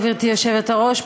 גברתי היושבת-ראש,